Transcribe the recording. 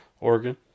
Oregon